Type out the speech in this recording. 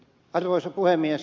arvoisa puhemies